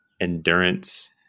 endurance